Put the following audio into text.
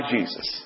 Jesus